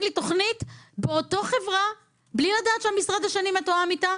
לי תוכנית באותה חברה בלי לדעת שהמשרד השני מתואם איתה,